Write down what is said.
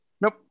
Nope